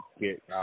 get